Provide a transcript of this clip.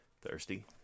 thirsty